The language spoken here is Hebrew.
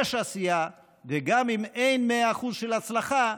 יש עשייה, וגם אם אין 100% של ההצלחה,